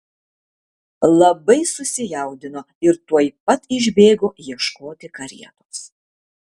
labai susijaudino ir tuoj pat išbėgo ieškoti karietos